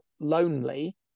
lonely